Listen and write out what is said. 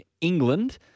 England